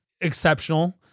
exceptional